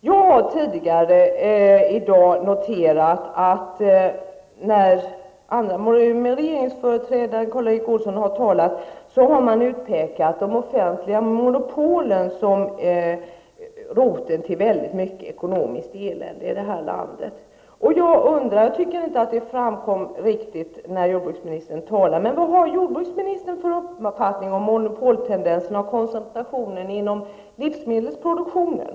Jag har tidigare i dag noterat att Karl Erik Olsson och andra regeringsföreträdare har utpekat de offentliga monopolen som roten till mycket ekonomiskt elände i landet. Vad har jordbruksministern för uppfattning om monopoltendenserna och koncentrationen inom livsmedelsproduktionen?